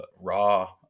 raw